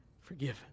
forgiven